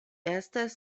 estas